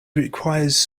requires